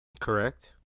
Correct